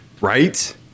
Right